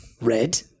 Red